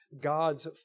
God's